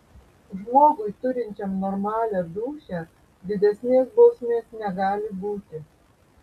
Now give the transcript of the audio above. žmogui turinčiam normalią dūšią didesnės bausmės negali būti